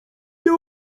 nie